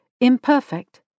imperfect